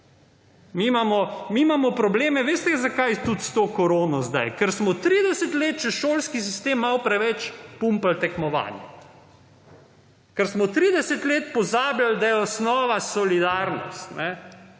mi imamo probleme veste zakaj tudi s to korono zdaj, ker smo 30 let čez šolski sistem malo preveč pumpali tekmovanje, ker smo 30 let pozabljali, da je osnova solidarnost.